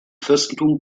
fürstentum